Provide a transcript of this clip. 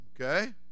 Okay